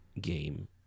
game